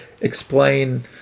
explain